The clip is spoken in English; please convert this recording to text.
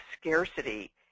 scarcity